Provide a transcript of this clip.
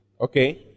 okay